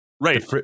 Right